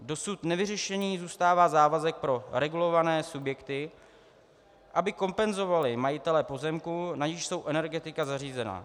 Dosud nevyřešený zůstává závazek pro regulované subjekty, aby kompenzovaly majitele pozemků, na nichž jsou energetická zařízení.